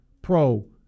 pro